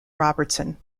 robertson